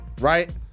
right